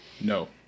No